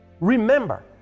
remember